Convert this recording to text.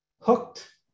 hooked